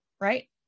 right